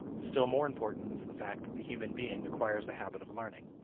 still more important is the fact that the human being acquires a habit of learning.